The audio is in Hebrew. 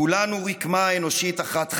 כולנו רקמה אנושית אחת חיה,